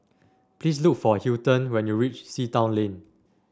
please look for Hilton when you reach Sea Town Lane